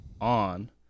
on